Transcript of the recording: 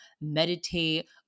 meditate